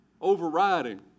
overriding